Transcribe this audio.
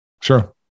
Sure